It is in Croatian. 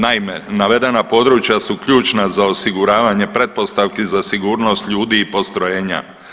Naime, navedena područja su ključna za osiguravanje pretpostavki za sigurnost ljudi i postrojenja.